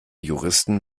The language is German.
juristen